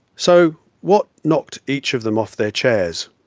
so what knocked each of them off their chairs?